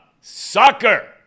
soccer